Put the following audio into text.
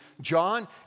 John